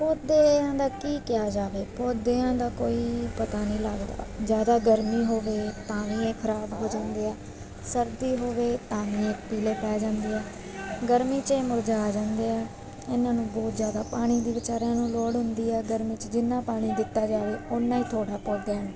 ਪੌਦਿਆਂ ਦਾ ਕੀ ਕਿਹਾ ਜਾਵੇ ਪੌਦਿਆਂ ਦਾ ਕੋਈ ਪਤਾ ਨਹੀਂ ਲੱਗਦਾ ਜ਼ਿਆਦਾ ਗਰਮੀ ਹੋਵੇ ਤਾਂ ਵੀ ਇਹ ਖਰਾਬ ਹੋ ਜਾਂਦੇ ਆ ਸਰਦੀ ਹੋਵੇ ਤਾਂ ਵੀ ਇਹ ਪੀਲੇ ਪੈ ਜਾਂਦੀ ਹੈ ਗਰਮੀ 'ਚ ਇਹ ਮੁਰਝਾ ਜਾਂਦੇ ਆ ਇਹਨਾਂ ਨੂੰ ਬਹੁਤ ਜ਼ਿਆਦਾ ਪਾਣੀ ਦੀ ਵਿਚਾਰਿਆਂ ਨੂੰ ਲੋੜ ਹੁੰਦੀ ਹੈ ਗਰਮੀ 'ਚ ਜਿੰਨਾ ਪਾਣੀ ਦਿੱਤਾ ਜਾਵੇ ਓਨਾ ਹੀ ਥੋੜ੍ਹਾ ਪੌਦਿਆਂ ਨੂੰ